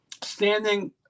standing